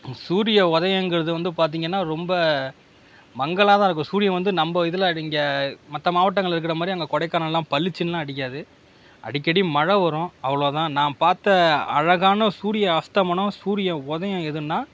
சூரிய உதயங்குறது வந்து பார்த்தீங்கன்னா ரொம்ப மங்கலாக தான் இருக்கும் சூரியன் வந்து நம்ம இதில் இங்கே மற்ற மாவட்டங்களில் இருக்கிற மாதிரி அங்கே கொடைக்கானல்லாம் பளிச்சின்லாம் அடிக்காது அடிக்கடி மழை வரும் அவ்வளோ தான் நான் பார்த்த அழகான சூரிய அஸ்தமனம் சூரிய உதயம் எதுன்னா